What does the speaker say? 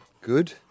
Good